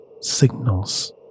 signals